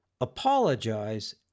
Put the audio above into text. apologize